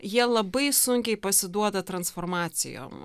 jie labai sunkiai pasiduoda transformacijom